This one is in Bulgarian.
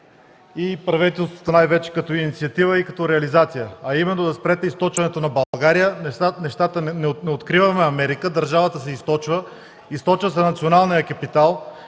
и правителството най-вече като инициатива и реализация, а именно да спрете източването на България. Не откриваме Америка, държавата се източва, източва се националният капитал,